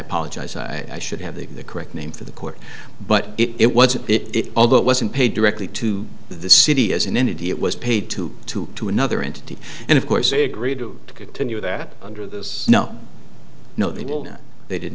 apologize i should have the correct name for the court but it was it although it wasn't paid directly to the city as an entity it was paid to to to another entity and of course they agreed to continue that under this no no they did